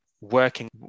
working